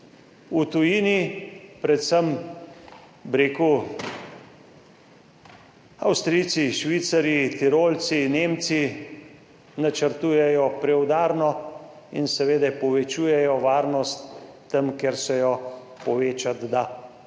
V tujini, predvsem bi rekel Avstrijci, Švicarji, Tirolci, Nemci načrtujejo preudarno in seveda povečujejo varnost tam, kjer se jo povečati da,